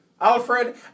Alfred